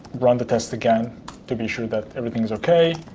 run the tests again to be sure that everything's ok.